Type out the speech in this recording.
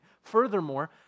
Furthermore